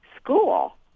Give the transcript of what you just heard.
school